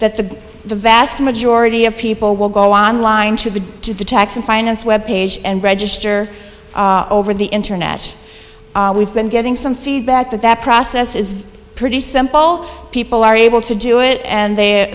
that the vast majority of people will go on line to get to the tax and finance web page and register over the internet we've been getting some feedback that that process is pretty simple people are able to do it and